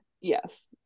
Yes